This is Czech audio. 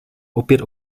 opět